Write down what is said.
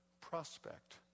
prospect